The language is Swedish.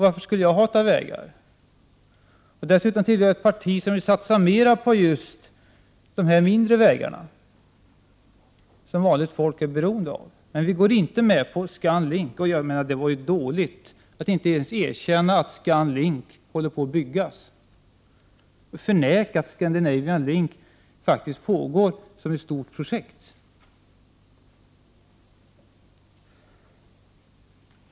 Varför skulle jag hata vägar? Dessutom tillhör jag ett parti som vill satsa mer på just de mindre vägarna som vanligt folk är beroende av. Men vi går inte med på ScanLink. Det var dåligt av Olle Östrand att inte ens erkänna att ScanLink håller på att byggas och att ScanLink är ett stort projekt.